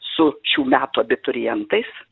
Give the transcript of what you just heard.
su šių metų abiturientais